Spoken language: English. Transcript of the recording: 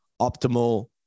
optimal